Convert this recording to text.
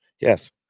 yes